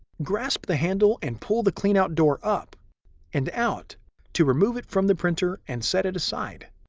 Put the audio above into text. grasp the handle and pull the cleanout door up and out to remove it from the printer and set it aside.